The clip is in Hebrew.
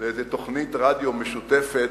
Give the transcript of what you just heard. לאיזו תוכנית רדיו משותפת,